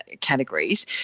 categories